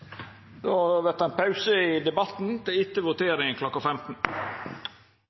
Då vert det ein pause i debatten til etter voteringa klokka 15.